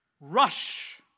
rush